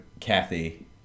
Kathy